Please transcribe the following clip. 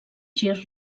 gir